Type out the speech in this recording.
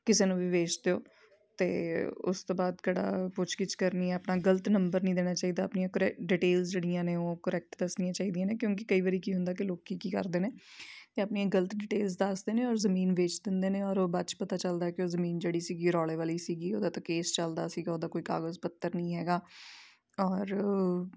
ਕਿਸੇ ਨੂੰ ਵੀ ਵੇਚ ਦਿਓ ਅਤੇ ਉਸ ਤੋਂ ਬਾਅਦ ਕਿਹੜਾ ਪੁੱਛਗਿਛ ਕਰਨੀ ਹੈ ਆਪਣਾ ਗਲਤ ਨੰਬਰ ਨਹੀਂ ਦੇਣਾ ਚਾਹੀਦਾ ਆਪਣੀਆਂ ਕਰੈ ਡਿਟੇਲਸ ਜਿਹੜੀਆਂ ਨੇ ਉਹ ਕਰੈਕਟ ਦੱਸਣੀਆਂ ਚਾਹੀਦੀਆਂ ਨੇ ਕਿਉਂਕਿ ਕਈ ਵਾਰੀ ਕੀ ਹੁੰਦਾ ਕਿ ਲੋਕ ਕੀ ਕਰਦੇ ਨੇ ਤੇ ਆਪਣੀਆਂ ਗਲਤ ਡਿਟੇਲਸ ਦੱਸਦੇ ਨੇ ਔਰ ਜਮੀਨ ਵੇਚ ਦਿੰਦੇ ਨੇ ਔਰ ਉਹ ਬਾਅਦ 'ਚ ਪਤਾ ਚੱਲਦਾ ਕਿ ਉਹ ਜ਼ਮੀਨ ਜਿਹੜੀ ਸੀਗੀ ਰੌਲੇ ਵਾਲੀ ਸੀਗੀ ਉਹਦਾ ਤਾਂ ਕੇਸ ਚੱਲਦਾ ਸੀਗਾ ਉਹਦਾ ਕੋਈ ਕਾਗਜ਼ ਪੱਤਰ ਨਹੀਂ ਹੈਗਾ ਔਰ